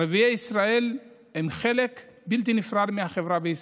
ערביי ישראל הם חלק בלתי נפרד מהחברה בישראל.